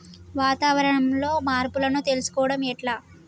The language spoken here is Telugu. వాతావరణంలో మార్పులను తెలుసుకోవడం ఎట్ల?